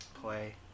Play